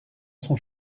son